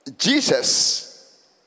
Jesus